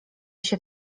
się